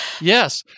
Yes